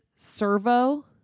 servo